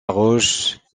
roche